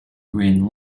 green